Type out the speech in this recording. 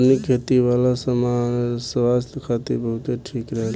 organic खेती वाला सामान स्वास्थ्य खातिर बहुते ठीक रहेला